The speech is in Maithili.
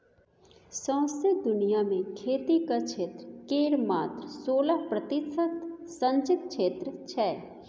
सौंसे दुनियाँ मे खेतीक क्षेत्र केर मात्र सोलह प्रतिशत सिचिंत क्षेत्र छै